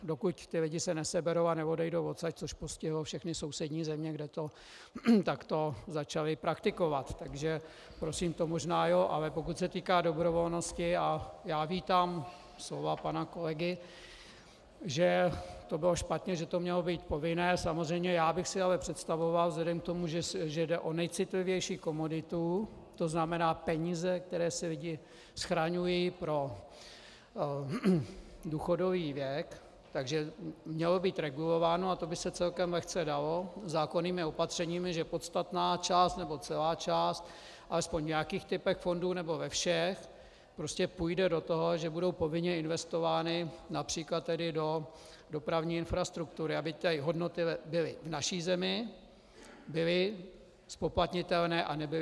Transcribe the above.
Dokud ty lidi se neseberou a neodejdou odsud, což postihlo všechny sousední země, kde to takto začali praktikovat, takže prosím, to možná jo, ale pokud se týká dobrovolnosti, a já vítám slova pana kolegy, že to bylo špatné, že to mělo být povinné, samozřejmě já bych si ale představoval vzhledem k tomu, že jde o nejcitlivější komoditu, to znamená peníze, které si lidé schraňují pro důchodový věk, takže mělo být regulováno, a to by se celkem lehce dalo, zákonnými opatřeními, že podstatná část nebo celá část alespoň v nějakých typech fondů nebo ve všech prostě půjde do toho, že budou povinně investovány například tedy do dopravní infrastruktury, aby ty hodnoty byly v naší zemi, byly zpoplatnitelné a nebyly odcizitelné.